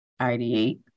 ID8